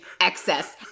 excess